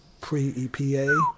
pre-epa